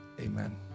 amen